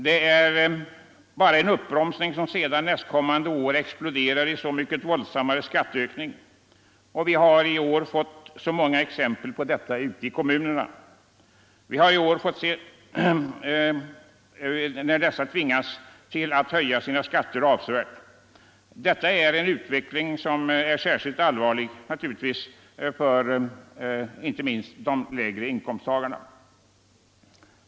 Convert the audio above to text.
Det är bara en uppbromsning som nästkommande år exploderar i så mycket våldsammare skatteökning. Vi har i år fått många exempel på detta ute i kommunerna, där man tvingats höja sina skatter avsevärt. Det är en utveckling som är allvarlig, inte minst för de lägre inkomsttagarna.